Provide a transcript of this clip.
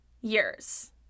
years